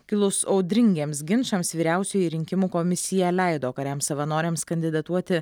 kilus audringiems ginčams vyriausioji rinkimų komisija leido kariams savanoriams kandidatuoti